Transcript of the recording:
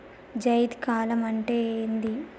జైద్ కాలం అంటే ఏంది?